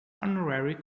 honorary